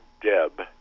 Deb